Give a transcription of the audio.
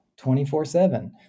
24-7